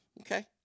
Okay